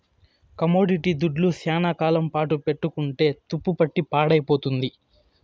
commodity దుడ్లు శ్యానా కాలం పాటు పెట్టుకుంటే తుప్పుపట్టి పాడైపోతుంది